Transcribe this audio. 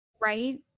Right